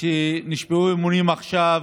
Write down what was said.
שנשבעו אמונים עכשיו,